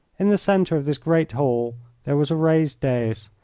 in the centre of this great hall there was a raised dais,